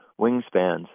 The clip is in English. wingspans